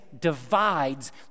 divides